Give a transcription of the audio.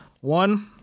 one